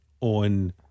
on